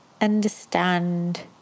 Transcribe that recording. understand